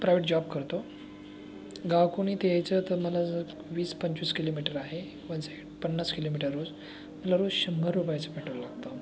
private job करतो गावाकून इथे यायचं तर मला वीसपंचवीस किलोमीटर आहे वन साईड पन्नास किलोमीटरवर मला रोज शंभर रुपयाचं पेट्रोल लागतं